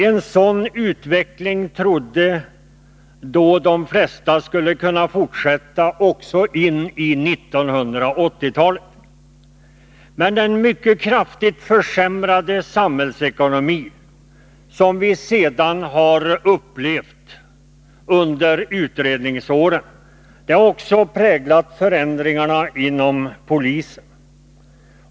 Då trodde de flesta att en sådan utveckling skulle kunna fortsätta också in på 1980-talet. Men den mycket kraftigt försämrade samhällsekonomi som vi sedan fått under utredningsåren har också präglat förändringarna inom polisen.